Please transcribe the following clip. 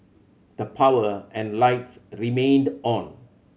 the power and lights remained on